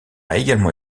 également